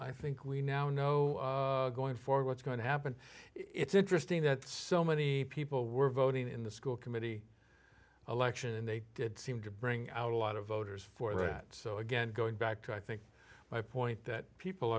i think we now know going forward what's going to happen it's interesting that so many people were voting in the school committee election and they did seem to bring out a lot of voters for that so again going back to i think my point that people